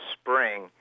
spring